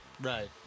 Right